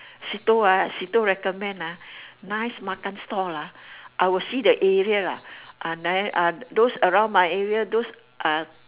Sito ah Sito recommend ah nice makan store lah I will see the area lah uh those around my area those uh